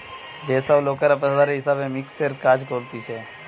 যে সব লোকরা পেশাদারি হিসাব মিক্সের কাজ করতিছে